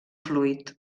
fluid